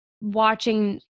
watching